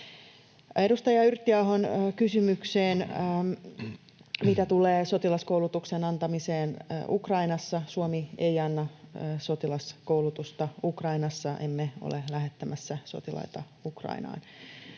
Edustaja Yrttiahon kysymykseen, mitä tulee sotilaskoulutuksen antamiseen Ukrainassa: Suomi ei anna sotilaskoulutusta Ukrainassa, emme ole lähettämässä sotilaita Ukrainaan.